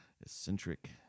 Eccentric